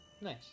nice